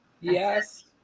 Yes